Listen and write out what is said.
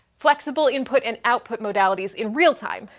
flexible input and output modalities in real time,